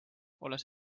olles